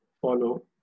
follow